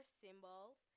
symbols